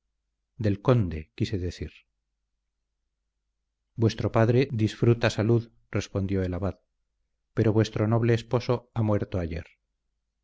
del conde quise decir vuestro padre disfruta salud respondió el abad pero vuestro noble esposo ha muerto ayer